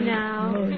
now